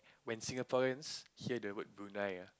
when Singaporeans hear the word Brunei ah